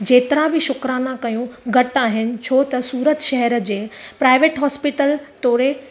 जेतिरा बि शुकराना कयूं घटि आहिनि छो त सूरत शहर जे प्राइवेट हॉस्पिटल तौरे